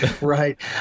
Right